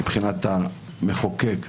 מבחינת המחוקק,